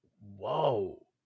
whoa